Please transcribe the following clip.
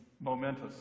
momentous